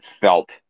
felt